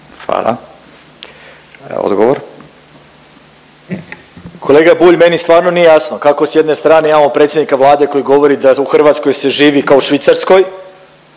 Marin (MOST)** Kolega Bulj meni stvarno nije jasno kako s jedne strane imamo predsjednika Vlade koji govori da u Hrvatskoj se živi kao u Švicarskoj,